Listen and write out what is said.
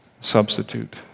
substitute